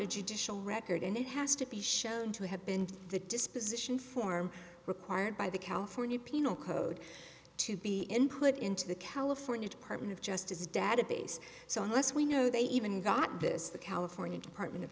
a judicial record and it has to be shown to have been the disposition form required by the california penal code to be input into the california department of justice database so unless we know they even got this the california department of